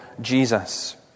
Jesus